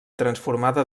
transformada